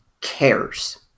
cares